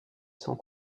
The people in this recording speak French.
sont